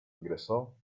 ingresó